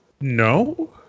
No